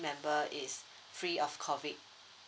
member is free of COVID